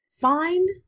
Find